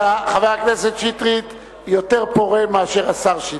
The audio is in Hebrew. חבר הכנסת שטרית יותר פורה מאשר השר שטרית.